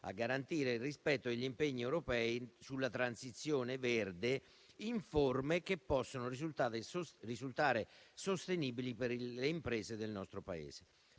a garantire il rispetto degli impegni europei sulla transizione verde in forme che possono risultare sostenibili per le imprese del nostro Paese.